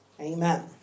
Amen